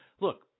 look